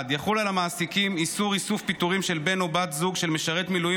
1. יחול על המעסיקים איסור פיטורים של בן או בת זוג של משרת מילואים